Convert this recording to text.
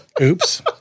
oops